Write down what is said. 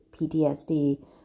PTSD